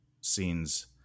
scenes